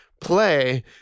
play